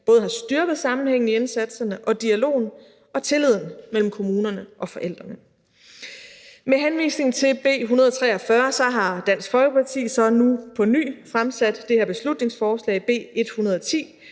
både har styrket sammenhængen i indsatserne og dialogen og tilliden mellem kommunerne og forældrene. Med henvisning til B 143 har Dansk Folkeparti så nu på ny fremsat det her beslutningsforslag, B 110,